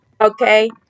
Okay